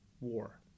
war